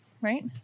right